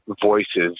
voices